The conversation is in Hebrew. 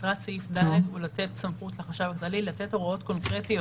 מטרת סעיף (ד) היא לתת סמכות לחשב הכללי לתת הוראות קונקרטיות